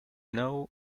know